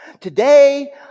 Today